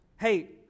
hey